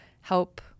help